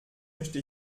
möchte